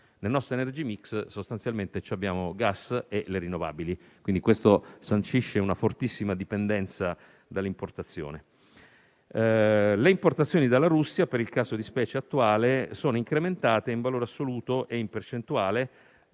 Nel nostro *energy mix* sostanzialmente abbiamo gas e rinnovabili, quindi questo sancisce una fortissima dipendenza dall'importazione. Le importazioni dalla Russia, per il caso di specie attuale, sono incrementate in valore assoluto e in percentuale